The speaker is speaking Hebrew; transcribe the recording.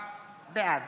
בעד